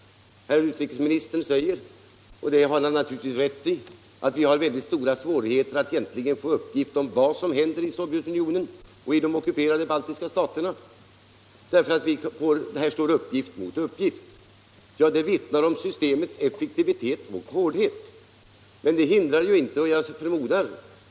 Herr utrikesministern säger — och det har han naturligtvis rätt i — att vi ofta har väldiga svårigheter att få uppgifter om vad som verkligen händer i Sovjetunionen och i de ockuperade baltiska staterna därför att uppgift står mot uppgift. Det vittnar om det systemets effektivitet och hårdhet, men det hindrar ju inte att man följer utvecklingen.